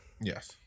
Yes